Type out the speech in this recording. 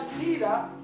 Peter